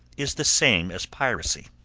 is the same as piracy,